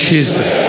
Jesus